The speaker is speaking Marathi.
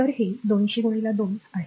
तर हे 200 2 आहे